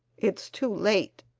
it's too late!